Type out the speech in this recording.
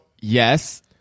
Yes